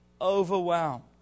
overwhelmed